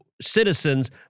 citizens